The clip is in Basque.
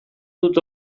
dut